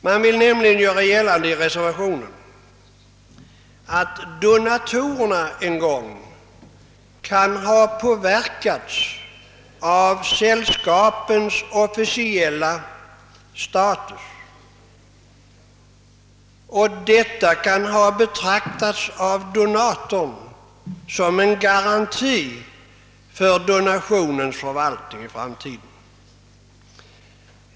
Man vill nämligen i reservationen göra gällande att donatorerna en gång kan ha påverkats av sällskapens officiella sta tus och att donatorerna skulle ha betraktat detta som en garanti för donationens riktiga förvaltning i framtiden.